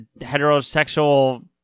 heterosexual